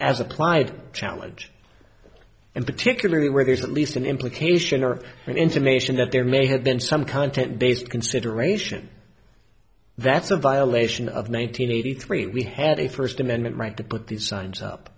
as applied challenge and particularly where there's at least an implication or intimation that there may have been some content based consideration that's a violation of one nine hundred eighty three we had a first amendment right to put these signs up